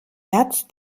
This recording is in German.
herz